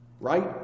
Right